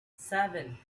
seven